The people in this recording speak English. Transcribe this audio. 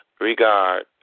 regard